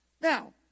Now